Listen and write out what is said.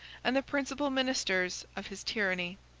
and the principal ministers of his tyranny.